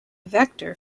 vector